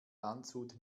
landshut